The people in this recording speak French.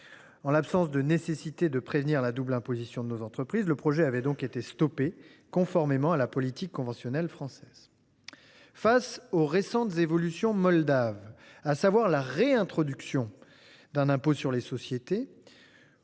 En l’absence de nécessité de prévenir la double imposition de nos entreprises, le projet avait été stoppé, conformément à la politique conventionnelle française. Face aux récentes évolutions moldaves, à savoir la réintroduction d’un impôt sur les sociétés